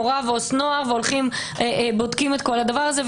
מעורב עובד סוציאלי לנוער ובודקים את כל הדבר הזה,